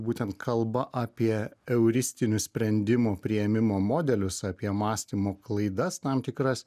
būtent kalba apie euristinius sprendimų priėmimo modelius apie mąstymo klaidas tam tikras